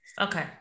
Okay